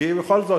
כי בכל זאת,